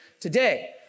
today